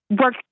work